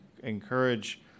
Encourage